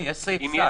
יש סעיף סל.